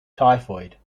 typhoid